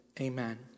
amen